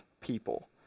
people